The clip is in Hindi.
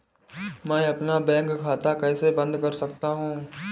मैं अपना बैंक खाता कैसे बंद कर सकता हूँ?